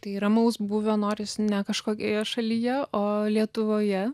tai ramaus būvio noris ne kažkokioje šalyje o lietuvoje